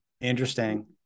Interesting